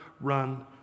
run